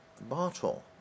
bottle